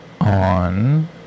on